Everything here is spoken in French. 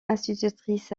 institutrice